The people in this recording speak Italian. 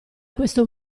questo